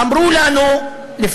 אמרו לנו לפני